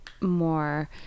more